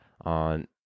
on